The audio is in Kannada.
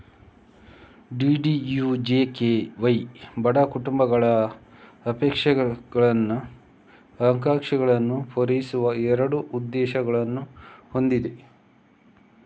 ಡಿ.ಡಿ.ಯು.ಜೆ.ಕೆ.ವೈ ಬಡ ಕುಟುಂಬಗಳ ಅಪೇಕ್ಷಗಳನ್ನು, ಆಕಾಂಕ್ಷೆಗಳನ್ನು ಪೂರೈಸುವ ಎರಡು ಉದ್ದೇಶಗಳನ್ನು ಹೊಂದಿದೆ